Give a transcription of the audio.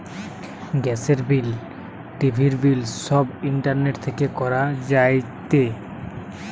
গ্যাসের বিল, টিভির বিল সব ইন্টারনেট থেকে করা যায়টে